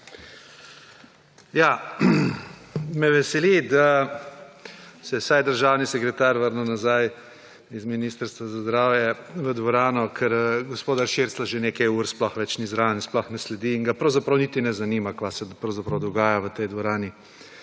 Ja. Me veseli, da se je vsaj državni sekretar vrnil nazaj iz ministrstva za zdravje v dvorano, ker gospoda Širclja že nekaj ur sploh več ni zraven in sploh ne sledi in ga pravzaprav niti ne zanima kaj se pravzaprav dogaja v tej dvorani.